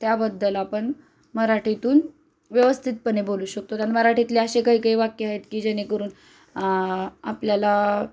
त्याबद्दल आपण मराठीतून व्यवस्थितपणे बोलू शकतो आणि मराठीतले असे काही काही वाक्य आहेत की जेणेकरून आपल्याला